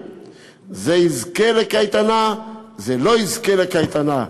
זה יזכה לקייטנה וזה לא יזכה לקייטנה.